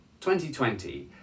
2020